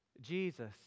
Jesus